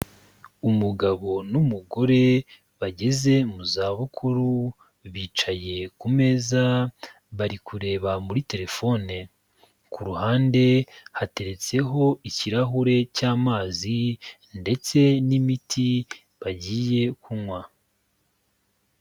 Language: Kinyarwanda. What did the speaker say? Umugabo n'umugore, bageze mu zabukuru, bicaye ku meza, bari kureba muri telefone. Ku ruhande hateretseho ikirahure cy'amazi ndetse n'imiti bagiye kunywa.